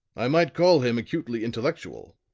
i might call him acutely intellectual,